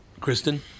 Kristen